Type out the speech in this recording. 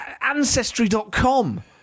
ancestry.com